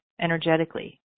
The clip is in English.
Energetically